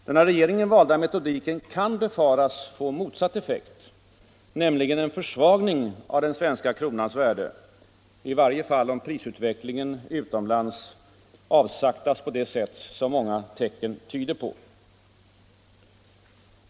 Den av regeringen valda metodiken kan befaras få motsatt effekt, nämligen en försvagning av den svenska kronans värde — i varje fall om prisutvecklingen utomlands avsaktas på det sätt många tecken tyder på.